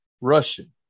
Russian